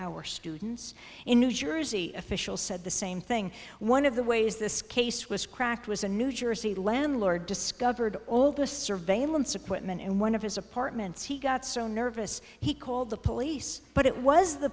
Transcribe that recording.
our students in new jersey officials said the same thing one of the ways this case was cracked was a new jersey landlord discovered all the surveillance equipment in one of his apartments he got so nervous he called the police but it was the